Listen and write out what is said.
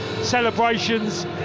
celebrations